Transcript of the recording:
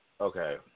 Okay